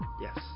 Yes